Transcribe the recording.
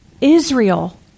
Israel